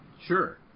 Sure